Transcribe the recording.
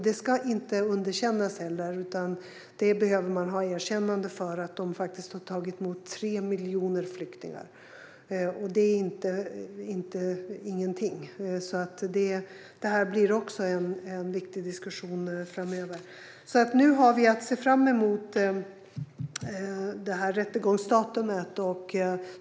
Det ska inte underkännas, utan de ska ha ett erkännande för att de faktiskt har tagit emot 3 miljoner flyktingar, och det är inte ingenting. Detta blir också en viktig diskussion framöver. Nu har vi att se fram emot rättegångsdatumet.